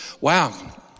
Wow